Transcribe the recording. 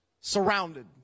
surrounded